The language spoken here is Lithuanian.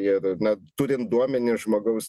ir na turint duomenis žmogaus